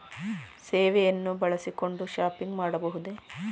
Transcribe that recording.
ಸೇವೆಯನ್ನು ಬಳಸಿಕೊಂಡು ಶಾಪಿಂಗ್ ಮಾಡಬಹುದೇ?